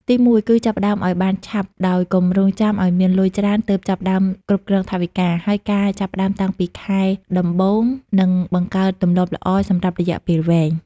ទីមួយគឺចាប់ផ្តើមឱ្យបានឆាប់ ដោយកុំរង់ចាំឱ្យមានលុយច្រើនទើបចាប់ផ្តើមគ្រប់គ្រងថវិកា ហើយការចាប់ផ្តើមតាំងពីប្រាក់ខែដំបូង នឹងបង្កើតទម្លាប់ល្អសម្រាប់រយៈពេលវែង។